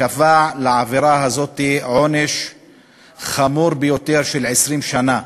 וקבע לעבירה הזו עונש חמור ביותר של 20 שנה.